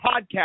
podcast